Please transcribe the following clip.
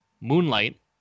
Moonlight